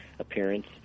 appearance